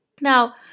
Now